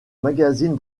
magazine